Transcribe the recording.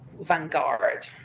vanguard